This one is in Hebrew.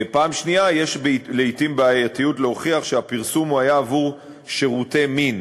2. יש לעתים בעייתיות להוכיח שהפרסום היה עבור שירותי מין,